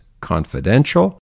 confidential